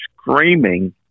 screaming